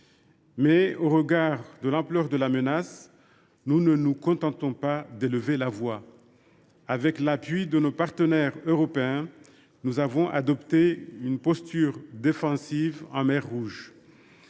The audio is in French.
équipage. Face à l’ampleur de cette menace, nous ne nous contentons pas d’élever la voix : avec l’appui de nos partenaires européens, nous avons adopté une posture défensive en mer Rouge.